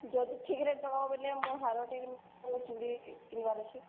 ଯଦି ଠିକ ରେଟ୍ ନେବା ବୋଲେ ମୁଁ ହାରଟେ ଆଉ ଚୁଡ଼ି କିଣିବାର ଅଛି